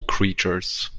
creatures